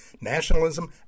nationalism